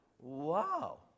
wow